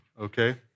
okay